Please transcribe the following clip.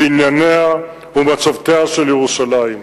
בנייניה ומצבותיה של ירושלים.